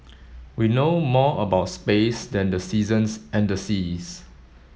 we know more about space than the seasons and the seas